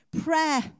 Prayer